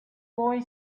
boy